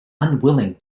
unwilling